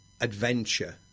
adventure